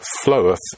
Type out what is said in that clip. floweth